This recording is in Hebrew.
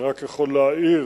אני רק יכול להעיר